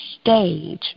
stage